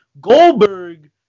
Goldberg